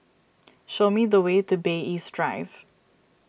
show me the way to Bay East Drive